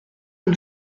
est